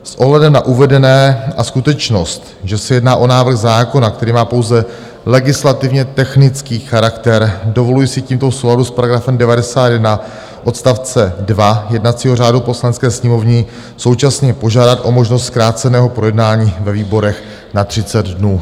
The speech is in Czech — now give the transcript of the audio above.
S ohledem na uvedené a skutečnost, že se jedná o návrh zákona, který má pouze legislativně technický charakter, dovoluji si tímto v souladu s § 91 odst. 2 jednacího řádu Poslanecké sněmovny současně požádat o možnost zkráceného projednání ve výborech na 30 dnů.